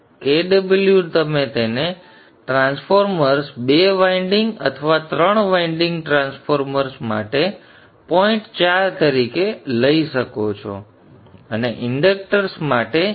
તેથી Kw તમે તેને ટ્રાન્સફોર્મર્સ બે વાઇન્ડિંગ અથવા ત્રણ વાઇન્ડિંગ ટ્રાન્સફોર્મર્સ માટે પોઇન્ટ ચાર તરીકે લઇ શકો છો અને ઇન્ડક્ટર્સ માટે 0